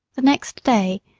the next day,